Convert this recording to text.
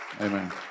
amen